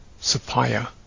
Sapaya